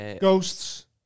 Ghosts